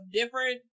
different